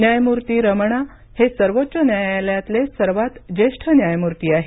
न्यायमूर्ती रमणा हे सर्वोच्च न्यायालयातले सर्वात ज्येष्ठ न्यायमूर्ती आहेत